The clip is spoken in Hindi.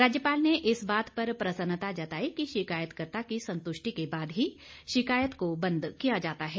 राज्यपाल ने इस बात पर प्रसन्नता जताई कि शिकायतकर्ता की संतुष्टि के बाद ही शिकायत को बंद किया जाता है